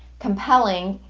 compelling,